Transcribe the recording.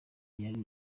cyari